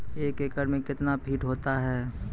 एक एकड मे कितना फीट होता हैं?